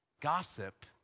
gossip